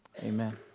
amen